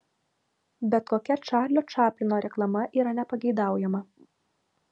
bet kokia čarlio čaplino reklama yra nepageidaujama